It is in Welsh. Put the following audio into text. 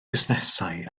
busnesau